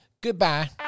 Goodbye